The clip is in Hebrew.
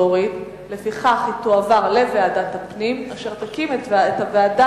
לפיכך, אני קובעת שהצעת